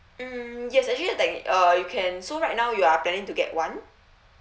mm yes actually like uh you can so right now you are planning to get one